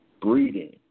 breeding